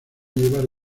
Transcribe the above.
llevar